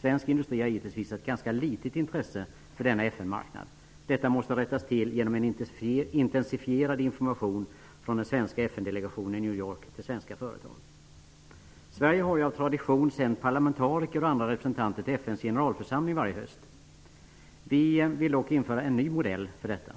Svensk industri har hittills visat ett ganska litet intresse för denna FN-marknad. Detta måste rättas till genom en intensifierad information från den svenska FN-delegationen i New York till svenska företag. Sverige har av tradition sänt parlamentariker och andra representanter till FN:s generalförsamling varje höst. Vi vill dock införa en ny modell för detta.